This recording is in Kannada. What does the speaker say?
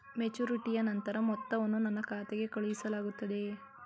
ಮೆಚುರಿಟಿಯ ನಂತರ ಮೊತ್ತವನ್ನು ನನ್ನ ಖಾತೆಗೆ ಕಳುಹಿಸಲಾಗುತ್ತದೆಯೇ?